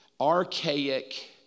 archaic